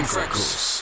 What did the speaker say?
Freckles